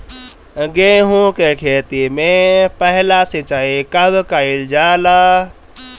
गेहू के खेती मे पहला सिंचाई कब कईल जाला?